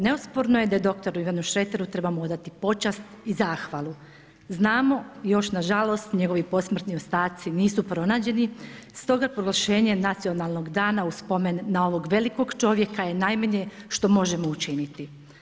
Neosporno je da dr. Ivanu Šreteru trebamo odati počast i zahvalu, znamo još nažalost, njegovi posmrtni ostaci nisu pronađeni, stoga proglašenje nacionalnog dana u spomen na ovog velikog čovjeka je najmanje što možemo učiniti.